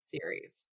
series